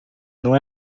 não